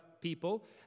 people